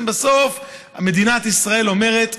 בסוף מדינת ישראל אומרת: